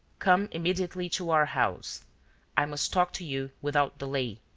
come immediately to our house i must talk to you without delay,